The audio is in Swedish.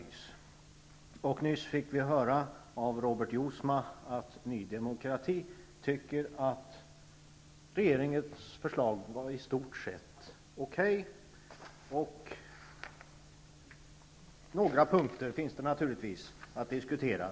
Av Robert Jousma fick vi nyss höra att Ny demokrati anser att regeringens förslag i stort sett är bra, bortsett från några punkter som skulle behöva diskuteras.